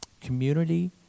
community